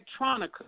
Electronica